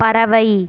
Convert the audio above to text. பறவை